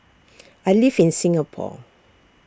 I live in Singapore